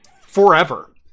forever